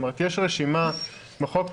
יש רשימה בחוק,